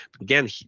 again